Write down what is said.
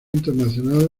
internacional